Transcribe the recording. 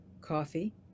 coffee